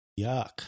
Yuck